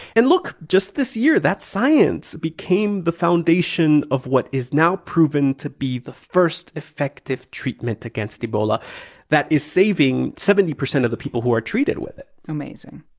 and look, just this year, that science became the foundation of what is now proven to be the first effective treatment against ebola that is saving seventy percent of the people who are treated with it amazing.